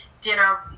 dinner